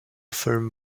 firm